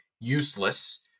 useless